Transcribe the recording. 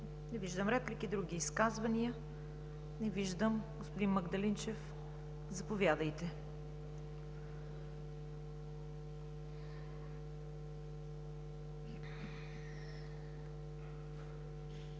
Не виждам. Други изказвания? Не виждам. Господин Магдалинчев, заповядайте.